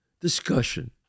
discussion